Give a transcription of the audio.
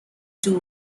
two